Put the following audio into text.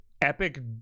Epic